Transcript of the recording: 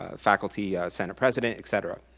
ah faculty senate president, etc.